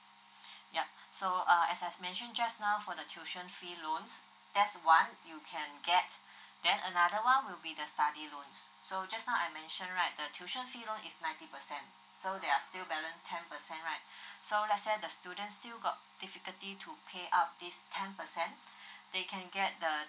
yup so uh as I've mention just now for the tuition fee loans there's one you can get then another one will be the study loan so just now I mention right the tuition fee loan is ninety percent so there are still balance ten percent right so Iet's say the student still got difficulty to pay up this ten percent they can get the